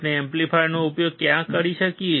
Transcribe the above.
આપણે એમ્પ્લીફાયરનો ઉપયોગ ક્યાં કરી શકીએ